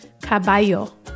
caballo